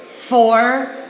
four